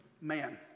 man